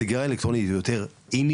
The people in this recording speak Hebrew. סיגריה אלקטרונית היא יותר 'אינית',